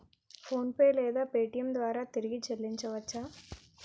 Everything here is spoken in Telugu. ఫోన్పే లేదా పేటీఏం ద్వారా తిరిగి చల్లించవచ్చ?